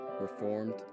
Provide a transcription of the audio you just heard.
Reformed